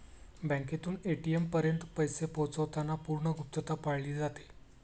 बँकेतून ए.टी.एम पर्यंत पैसे पोहोचवताना पूर्ण गुप्तता पाळली जाते